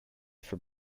for